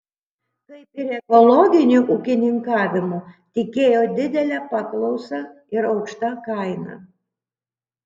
kaip ir ekologiniu ūkininkavimu tikėjo didele paklausa ir aukšta kaina